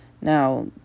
Now